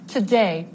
Today